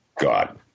God